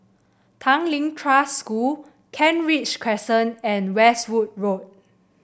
Tanglin Trust School Kent Ridge Crescent and Westwood Road